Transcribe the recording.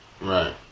Right